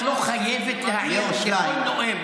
את לא חייבת להעיר לכל נואם.